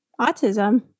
Autism